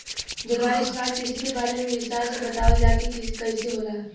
जलवायु स्मार्ट कृषि के बारे में विस्तार से बतावल जाकि कइसे होला?